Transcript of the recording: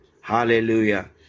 Hallelujah